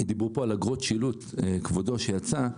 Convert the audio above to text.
דיברו פה על אגרות שילוט - כבודו, שיצא,